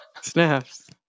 Snaps